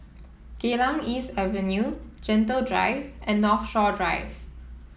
Geylang East Avenue Gentle Drive and Northshore Drive